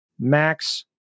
max